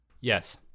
Yes